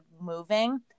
moving